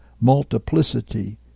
multiplicity